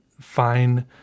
Fine